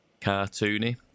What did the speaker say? cartoony